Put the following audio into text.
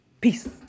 Peace